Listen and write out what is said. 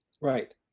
right